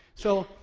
so,